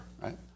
right